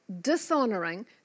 dishonouring